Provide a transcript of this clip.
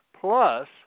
plus